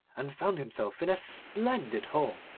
and found himself in a splendid hall,